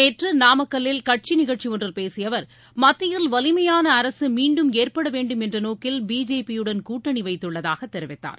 நேற்று நாமக்கல்லில் கட்சி நிகழ்ச்சியொன்றில் பேசிய அவர் மத்தியில் வலிமையான அரசு மீண்டும் ஏற்படவேண்டும் என்ற நோக்கில் பிஜேபியுடன் கூட்டணி வைத்துள்ளதாக தெரிவித்தார்